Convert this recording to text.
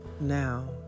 now